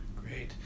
Great